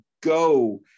go